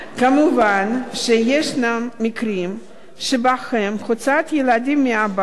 מובן שישנם מקרים שבהם הוצאת ילדים מהבית,